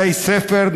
בתי-ספר,